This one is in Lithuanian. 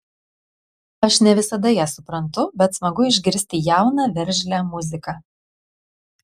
aš ne visada ją suprantu bet smagu išgirsti jauną veržlią muziką